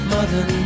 Mother